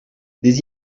des